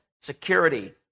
security